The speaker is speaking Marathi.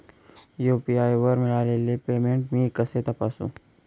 यू.पी.आय वर मिळालेले पेमेंट मी कसे तपासू?